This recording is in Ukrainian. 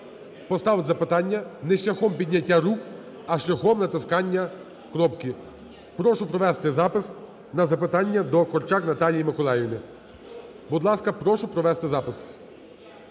поставити запитання, не шляхом підняття рук, а шляхом натискання кнопки. Прошу провести запис на запитання до Корчак Наталії Миколаївни. Будь ласка, прошу провести запис.